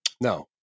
No